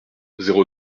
zéro